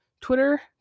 Twitter